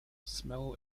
smell